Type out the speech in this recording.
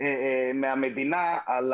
מהמדינה על